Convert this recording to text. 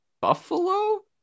Buffalo